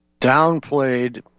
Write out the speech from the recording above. downplayed